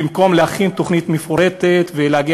ובמקום להכין תוכנית מפורטת ולהגיע